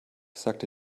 sagte